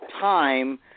time